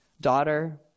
Daughter